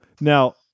now